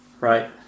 Right